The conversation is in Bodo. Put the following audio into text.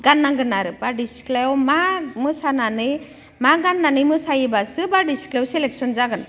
गाननांगोन आरो बारदैसिख्लायाव मा मोसानानै मा गाननानै मोसायोब्लासो बारदैसिख्लायाव सेलेकसन जागोन